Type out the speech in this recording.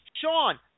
Sean